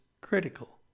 critical